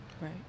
right